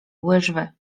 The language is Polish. łyżwy